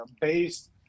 based